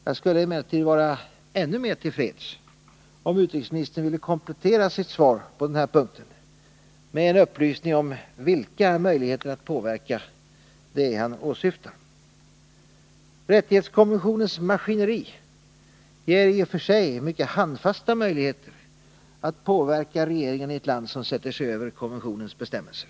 Jag skulle emellertid vara ännu mer till freds om utrikesministern ville komplettera sitt svar på den här punkten med en upplysning om vilka ”möjligheter” att påverka det är som han åsyftar. Rättighetskonventionens maskineri ger i och för sig mycket handfasta möjligheter att påverka regeringen i ett land som sätter sig över konventionens bestämmelser.